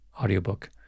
audiobook